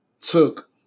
took